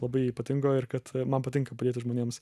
labai ypatingo ir kad man patinka padėti žmonėms